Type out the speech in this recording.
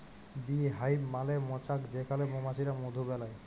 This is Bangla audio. বী হাইভ মালে মচাক যেখালে মমাছিরা মধু বেলায়